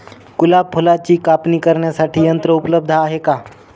गुलाब फुलाची कापणी करण्यासाठी यंत्र उपलब्ध आहे का?